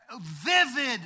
Vivid